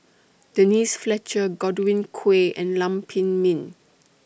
Denise Fletcher Godwin Koay and Lam Pin Min